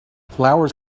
flowers